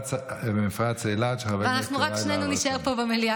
ככל הנראה, נישאר פה רק שנינו במליאה,